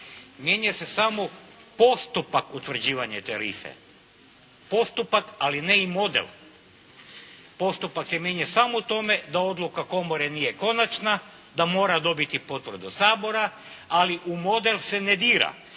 mijenja se samo postupak utvrđivanja tarife, postupak ali ne i model. Postupak se mijenja samo u tome da odluka komore nije konačna, da mora dobiti potvrdu od Sabora ali u model se ne dira